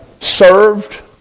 served